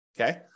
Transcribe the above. Okay